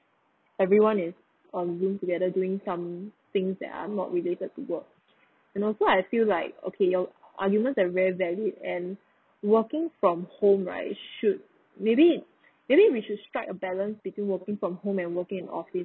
everyone is um zoom together doing some things that are not related to work and also I feel like okay your arguments are very valid and working from home right should maybe maybe we should strike a balance between working from home and working in office